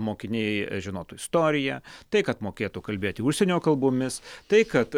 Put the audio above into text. mokiniai žinotų istoriją tai kad mokėtų kalbėti užsienio kalbomis tai kad